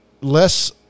less